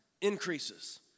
increases